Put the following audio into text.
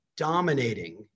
dominating